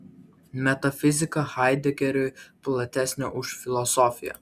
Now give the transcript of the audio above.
metafizika haidegeriui platesnė už filosofiją